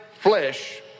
flesh